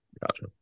Gotcha